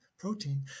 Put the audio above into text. protein